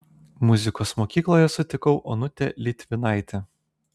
muzikos mokykloje sutikau onutę litvinaitę